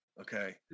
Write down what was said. okay